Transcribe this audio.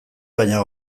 baina